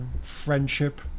friendship